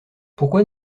pourquoi